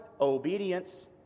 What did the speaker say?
Obedience